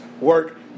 Work